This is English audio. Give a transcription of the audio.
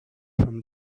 from